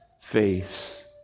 face